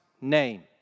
name